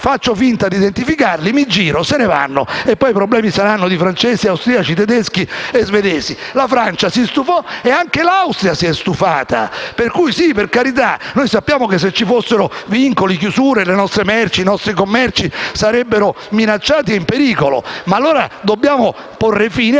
faccio finta di identificarli, mi giro, se ne vanno e poi i problemi saranno dei francesi, degli austriaci, dei tedeschi e degli svedesi. La Francia si è stufata, così come anche l'Austria. Per carità, sappiamo che, se ci fossero vincoli e chiusure, le nostre merci e i nostri commerci sarebbero minacciati e in pericolo, ma allora dobbiamo porre fine